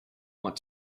want